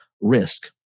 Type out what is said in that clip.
risk